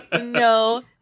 No